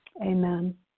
Amen